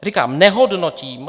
Říkám, nehodnotím.